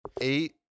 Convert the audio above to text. eight